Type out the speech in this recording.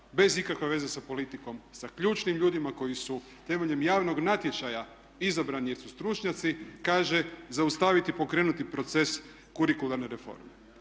bez ikakve veze sa politikom, sa ključnim ljudima koji su temeljem javnog natječaja izabrani jer su stručnjaci kaže zaustaviti pokrenuti proces kurikularne reforme.